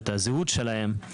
את הזהות שלהם,